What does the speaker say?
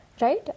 Right